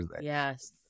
Yes